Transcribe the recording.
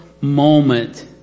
moment